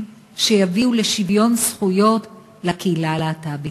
שיביאו לשוויון זכויות לקהילה הלהט"בית.